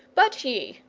but ye,